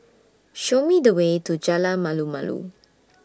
Show Me The Way to Jalan Malu Malu